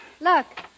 Look